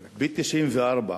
מ-1994,